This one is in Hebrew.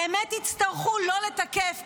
באמת יצטרכו לא לתקף,